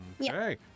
Okay